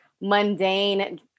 mundane